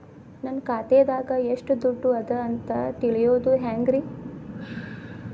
ನನ್ನ ಖಾತೆದಾಗ ಎಷ್ಟ ದುಡ್ಡು ಅದ ಅಂತ ತಿಳಿಯೋದು ಹ್ಯಾಂಗ್ರಿ?